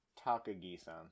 Takagi-san